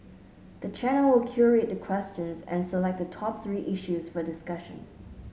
the channel will curate the questions and select the top three issues for discussion